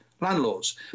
landlords